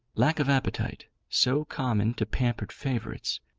lack of appetite, so common to pampered favourites,